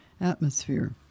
atmosphere